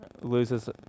loses